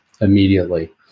immediately